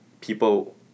people